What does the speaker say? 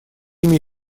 ими